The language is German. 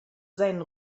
seinen